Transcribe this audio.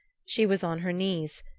she was on her knees,